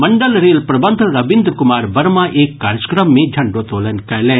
मंडल rail प्रबंधक रविन्द्र कुमार वर्मा एक कार्यक्रम मे झंडोतोलन कयलनि